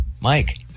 Mike